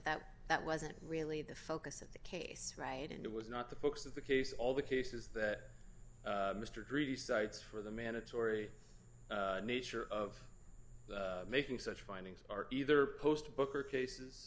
that that wasn't really the focus of the case right and it was not the focus of the case all the cases that mr greedy cites for the mandatory nature of making such findings are either post book or cases